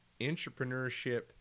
Entrepreneurship